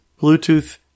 Bluetooth